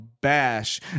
bash